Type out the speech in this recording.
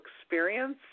experience